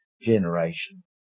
generation